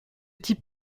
type